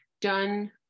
done